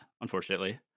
Unfortunately